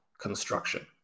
construction